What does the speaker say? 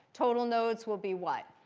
total nodes will be what?